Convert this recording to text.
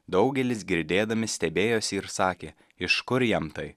daugelis girdėdami stebėjosi ir sakė iš kur jam tai